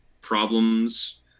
problems